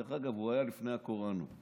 דרך אגב, הוא היה לפני הקוראן,